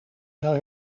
zou